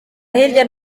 hirya